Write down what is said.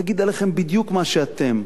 נגיד עליכם בדיוק מה שאתם: